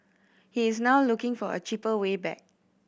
he is now looking for a cheaper way back